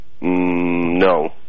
no